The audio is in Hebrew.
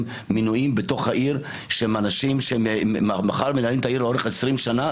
מינויים בתוך העיר שהם אנשים שמחר מנהלים את העיר לאורך 20 שנה,